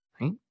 right